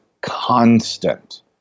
constant